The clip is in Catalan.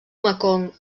mekong